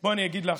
אני אגיד לך,